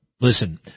Listen